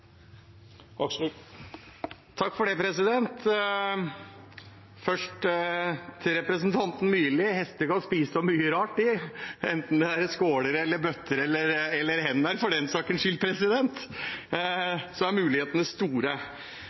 Først til representanten Myrli: Hester kan spise av mye rart, de, enten det er skåler, bøtter eller hender, for den sakens skyld – mulighetene er store.